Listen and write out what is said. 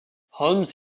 holmes